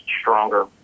stronger